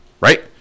right